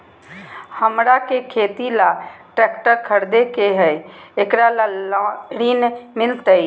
हमरा के खेती ला ट्रैक्टर खरीदे के हई, एकरा ला ऋण मिलतई?